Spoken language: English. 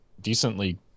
decently